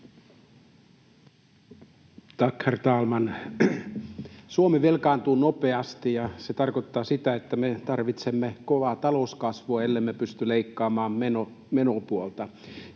Tack, herr talman! Suomi velkaantuu nopeasti, ja se tarkoittaa sitä, että me tarvitsemme kovaa talouskasvua, ellemme pysty leikkaamaan menopuolta.